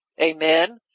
amen